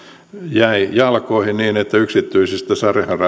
jäi jalkoihin niin että yksityisistä